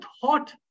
thought